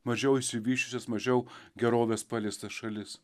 mažiau išsivysčiusias mažiau gerovės paliestas šalis